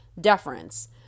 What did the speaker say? deference